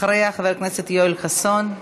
אחריה, חבר הכנסת יואל חסון.